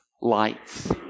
lights